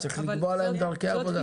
צריך לקבוע להם דרכי עבודה.